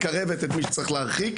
מקרבת את מי שצריך להרחיק,